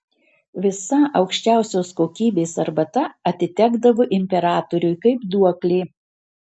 visa aukščiausios kokybės arbata atitekdavo imperatoriui kaip duoklė